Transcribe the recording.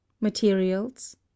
materials